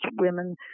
women